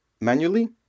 manually